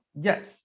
Yes